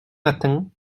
matins